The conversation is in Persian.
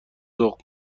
ذوق